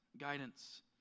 guidance